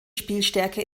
spielstärke